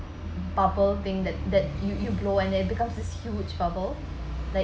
bubble thing that that you you blow and it becomes this huge bubble